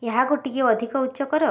ଏହାକୁ ଟିକେ ଅଧିକ ଉଚ୍ଚ କର